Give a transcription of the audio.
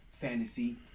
fantasy